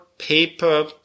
paper